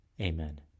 Amen